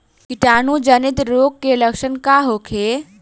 कीटाणु जनित रोग के लक्षण का होखे?